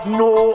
no